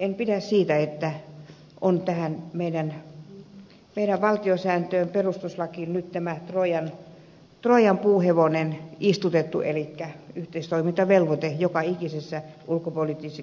en pidä siitä että tähän meidän valtiosääntöömme perustuslakiimme on nyt istutettu tämä troijan puuhevonen elikkä yhteistoimintavelvoite joka ikisessä ulkopoliittisessa